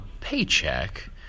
paycheck